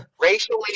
racially